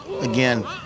again